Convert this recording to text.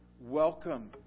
welcome